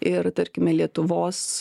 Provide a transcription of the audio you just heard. ir tarkime lietuvos